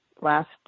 last